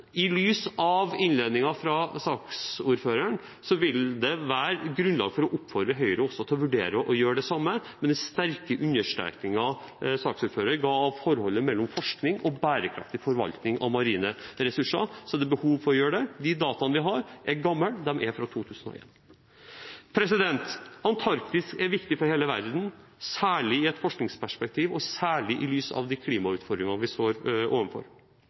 I lys av innledningen fra saksordføreren vil det være grunnlag for å oppfordre Høyre til også å vurdere å gjøre det samme. Med den sterke understrekingen saksordføreren ga av forholdet mellom forskning og bærekraftig forvaltning av marine ressurser, så er det behov for å gjøre det. De dataene vi har, er gamle, de er fra 2001. Antarktis er viktig for hele verden, særlig i et forskningsperspektiv og særlig i lys av de klimautfordringene vi står overfor.